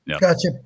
Gotcha